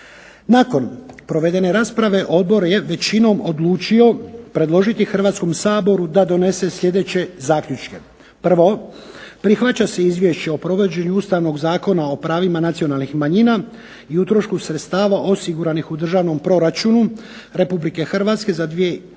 Nakon provedene rasprave Odbor je većinom odlučio predložiti Hrvatskom saboru da donese sljedeće zaključke: "1. Prihvaća se izvješće o provođenju ustavnog zakona o pravima nacionalnih manjina i utrošku sredstava osiguranih u Državnom proračunu Republike Hrvatske za 2009.